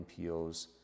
NPOs